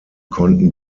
konnten